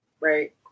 Right